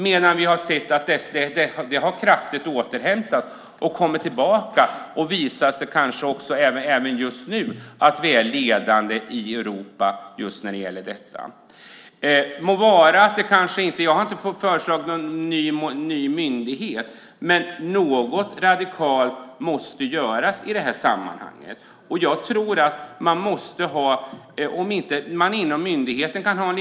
Men vi har sett att priserna kraftigt har återhämtat sig och kommit tillbaka, och det har visat sig att vi just nu kanske är ledande i Europa när det gäller detta. Jag har inte föreslagit någon ny myndighet, men något radikalt måste göras i det här sammanhanget.